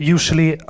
Usually